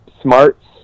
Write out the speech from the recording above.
smarts